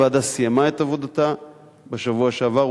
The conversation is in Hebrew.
הוועדה סיימה את עבודתה בשבוע שעבר,